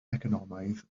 economaidd